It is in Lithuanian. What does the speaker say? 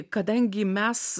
kadangi mes